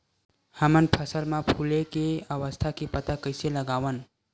हमन फसल मा फुले के अवस्था के पता कइसे लगावन?